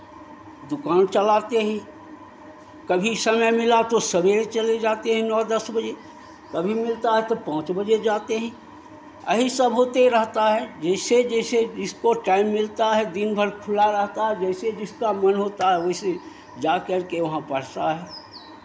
दुकान चलाते हैं कभी समय मिला तो सवेरे चले जाते हैं नौ दस बजे कभी मिलता है तो पाँच बजे जाते हैं यही सब होते रहता है जैसे जैसे जिसको टाइम मिलता है दिन भर खुला रहता है जैसे जिसका मन होता है वो वैसे जा करके वहाँ पढ़ता है